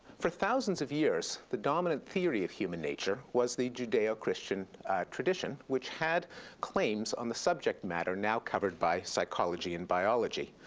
for thousands of years, the dominant theory of human nature was the judeo-christian tradition, which had claims on the subject matter now covered by psychology and biology.